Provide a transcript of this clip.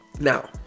now